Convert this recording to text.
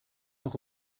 doch